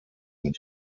mit